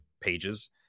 pages